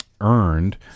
earned